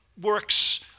works